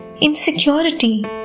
insecurity